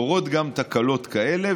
קורות גם תקלות כאלה,